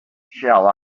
shall